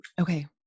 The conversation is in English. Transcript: Okay